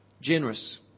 Generous